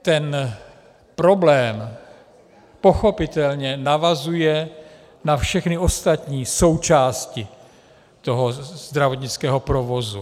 Ten problém pochopitelně navazuje na všechny ostatní součásti zdravotnického provozu.